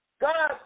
God